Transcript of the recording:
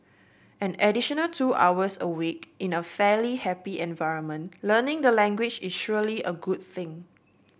an additional two hours a week in a fairly happy environment learning the language is surely a good thing